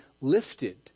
lifted